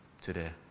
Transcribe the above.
today